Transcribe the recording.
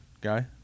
guy